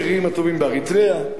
הם יהיו השגרירים הטובים בצפון-סודן.